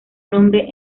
nombre